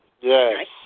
Yes